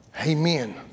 Amen